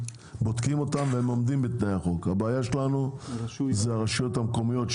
היא ברשויות המקומיות.